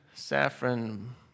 Saffron